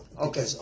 Okay